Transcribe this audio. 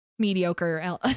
Mediocre